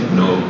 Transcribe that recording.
no